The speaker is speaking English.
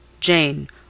Jane